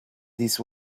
this